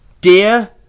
Dear